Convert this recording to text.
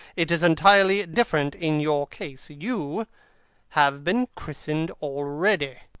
it is entirely different in your case. you have been christened already.